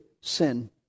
sin